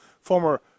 former